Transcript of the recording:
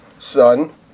son